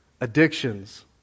Addictions